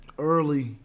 Early